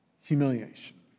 humiliation